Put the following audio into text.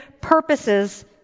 purposes